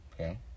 Okay